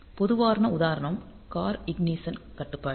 பொதுவான உதாரணம் car ignition கட்டுப்பாடு